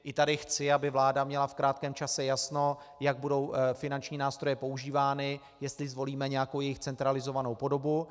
I tady chci, aby vláda měla v krátkém čase jasno, jak budou finanční nástroje používány, jestli zvolíme nějakou jejich centralizovanou podobu.